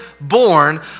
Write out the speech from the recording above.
born